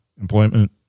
employment